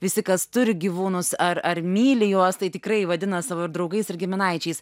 visi kas turi gyvūnus ar ar myli juos tai tikrai vadina savo ir draugais ir giminaičiais